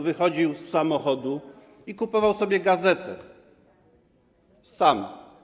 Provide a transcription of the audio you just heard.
Wychodził z samochodu i kupował sobie gazetę - sam.